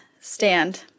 stand